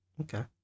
Okay